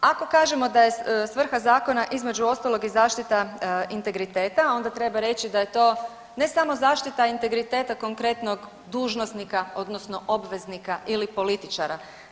Ako kažemo da je svrha zakona, između ostalog i zaštita integriteta, onda treba reći da je to ne samo zaštita integriteta konkretnog dužnosnika, odnosno obveznika ili političara.